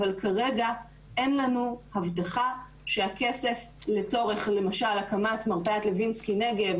אבל כרגע אין לנו הבטחה שהכסף לצורך למשל הקמת מרפאת לוינסקי נגב